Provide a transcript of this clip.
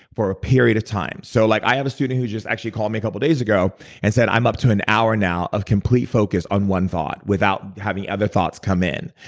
for a period of time. so like i have a student who just actually called me a couple of days ago and said, i'm up to an hour now of complete focus on one thought, without having other thoughts come in.